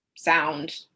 Sound